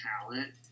talent